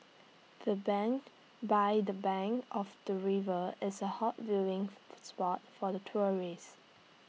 the bench by the bank of the river is A hot viewing spot for the tourists